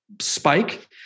spike